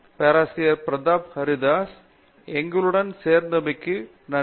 பேராசிரியர் பிரதாப் ஹரிதாஸ் எங்களுடன் சேர்ந்தமைக்கு நன்றி